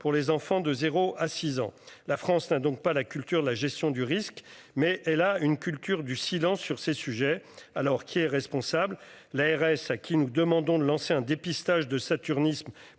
pour les enfants de 0 à 6 ans la France n'a donc pas la culture de la gestion du risque, mais elle a une culture du silence sur ces sujets. Alors qui est responsable. L'ARS à qui nous demandons de lancer un dépistage de saturnisme